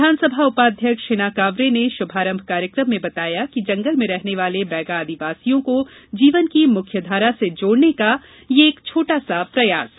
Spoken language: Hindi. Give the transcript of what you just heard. विधान सभा उपाध्यक्ष हिना कावरे ने शुभारंभ कार्यक्रम में बताया कि जंगल में रहने वाले बैगा आदिवासियों को जीवन की मुख्यधारा से जोड़ने का यह छोटा सा प्रयास है